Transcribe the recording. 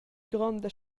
gronda